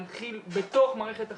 היו אמורים להנחיל בתוך מערכת החינוך,